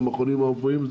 המכונים הרפואיים,